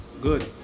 Good